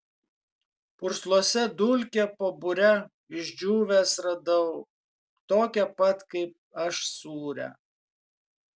pursluose dulkę po bure išdžiūvęs radau tokią pat kaip aš sūrią